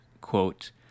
quote